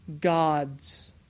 God's